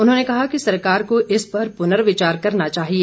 उन्होंने कहा कि सरकार को इस पर पुनर्विचार करना चाहिए